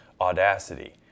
audacity